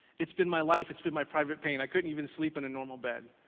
it's been my life, it's been my private pain. i couldn't even sleep in a normal bed.